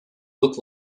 look